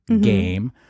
game